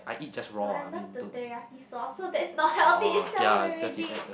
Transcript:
but I love the teriyaki sauce so that's not healthy itself already